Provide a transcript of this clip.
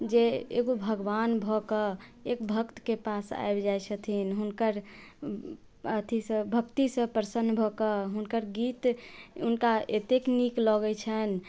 जे एगो भगवान भऽ कऽ एक भक्त के पास आबि जाय छथिन हुनकर अथी सॅं भक्ति से प्रसन्न भऽ कऽ हुनकर गीत हुनका एतेक नीक लगै छनि